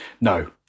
No